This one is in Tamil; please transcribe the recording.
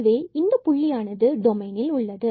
எனவே இந்த00 புள்ளியானது டொமைனில் உள்ளது